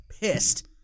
pissed